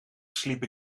sliep